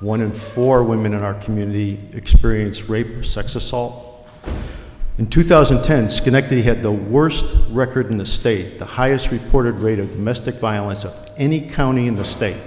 one in four women in our community experienced rape sex assault in two thousand and ten schenectady had the worst record in the state the highest reported rate of domestic violence of any county in the state